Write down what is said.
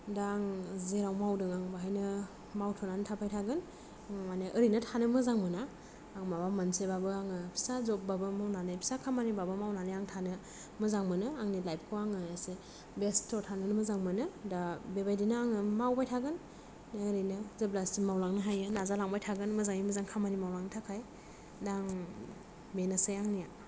दा आं जेराव मावदों बेवहायनो मावथ'नानै थाबाय थागोन मानि ओरैनो थानो मोजां मोना आं माबा मोनसेबाबो आङो फिसा जबबाबो फिसा खामानिबाबो आं मावनानै थानो मोजां मोनो आंनि लाइफखौ आङो एसे बेस्थ' थानो मोजां मोनो दा बेबायदिनो आङो मावबाय थागोन ओरैनो जेब्लासिम मावलांनो हायो नाजालांबाय थागोन मोजाङै मोजां खामानि मावलांनो थाखाय दा आं बिनोसै आंनिया